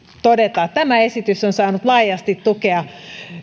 todeta että tämä esitys on saanut laajasti tukea